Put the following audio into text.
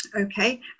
okay